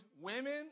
women